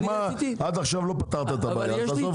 עד עכשיו לא פתרת את הבעיה אז תעזוב.